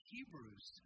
Hebrews